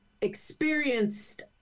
experienced